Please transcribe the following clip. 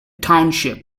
township